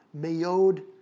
mayod